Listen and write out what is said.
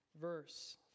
verse